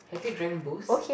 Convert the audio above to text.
have you drank boost